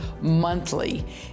monthly